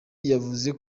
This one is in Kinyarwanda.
yavuze